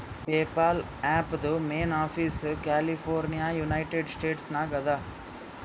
PayPal ಆ್ಯಪ್ದು main office California United States ನಾಗ್ ಅದಾ